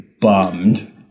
bummed